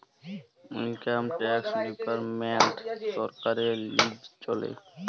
income tax department ছরকারের লিচে চলে